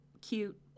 cute